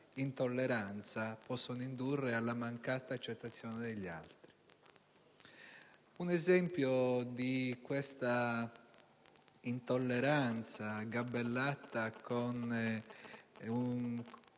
all'intolleranza e alla mancata accettazione degli altri. Un esempio di questa intolleranza gabellata con una